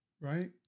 right